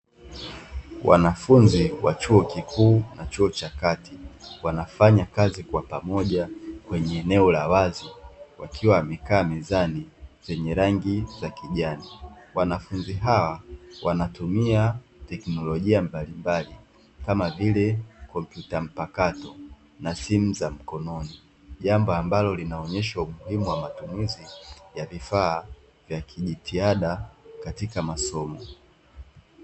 Wanafunzi wa chuo kikuu na chuo cha kati wanafanya kazi kwa pamoja kwenye eneo la wazi wakiwa wamekaa mezani zenye rangi ya kijani wanafunzi hawa wanatumia teknolojia mbalimbali kama vile kompyuta mpakato na simu za mkononi jambo ambalo linaonesha umuhimu wa matumizi ya vifaa vya kijitihada katika masomo.